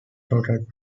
tottered